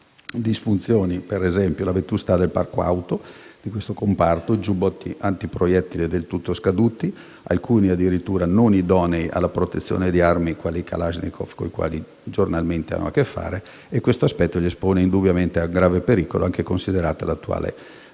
disfunzioni: per esempio, la vetustà del parco auto di questo comparto o i giubbotti antiproiettile del tutto scaduti, alcuni addirittura non idonei alla protezione da armi, quali i *kalashnikov*, con le quali giornalmente hanno a che fare, aspetto che li espone indubbiamente a un grave pericolo, anche considerata l'attuale